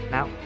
Now